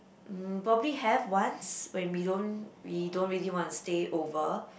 mm probably have once when we don't we don't really want to stay over